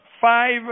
five